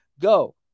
go